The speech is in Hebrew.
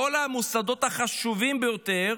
כל המוסדות החשובים ביותר,